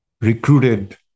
recruited